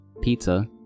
pizza